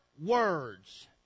words